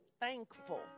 thankful